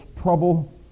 trouble